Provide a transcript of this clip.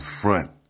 front